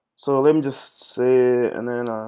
so let me just say. and then